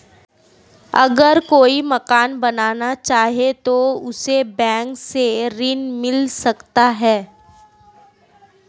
अगर कोई मकान बनाना चाहे तो उसे बैंक से ऋण मिल सकता है?